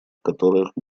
которых